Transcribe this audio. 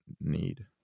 need